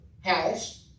house